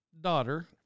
daughter